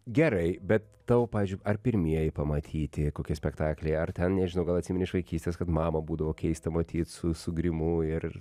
gerai bet tavo pavyzdžiui ar pirmieji pamatyti kokie spektakliai ar ten nežinau gal atsimeni iš vaikystės kad mamą būdavo keista matyt su su grimu ir